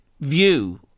view